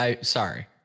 sorry